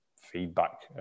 feedback